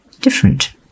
different